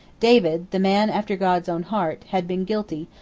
david, the man after god's own heart, had been guilty,